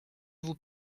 vous